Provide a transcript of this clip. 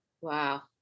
Wow